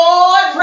Lord